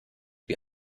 wie